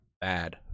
bad